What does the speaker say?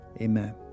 amen